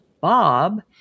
Bob